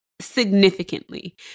significantly